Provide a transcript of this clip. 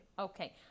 Okay